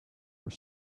were